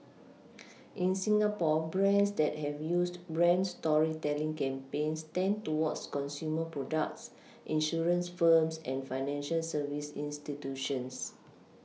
in Singapore brands that have used brand storytelling campaigns tend towards consumer products insurance firms and financial service institutions